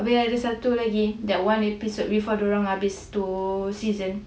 abeh ada satu lagi that one episode before diorang habis tu season